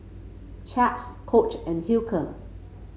Chaps Coach and Hilker